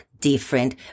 different